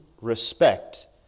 respect